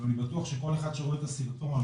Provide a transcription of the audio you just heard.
אני בטוח שכל אחד שרואה את הסרטון,